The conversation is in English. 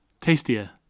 Tastier